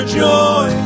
joy